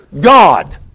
God